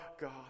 God